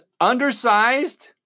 undersized